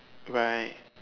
right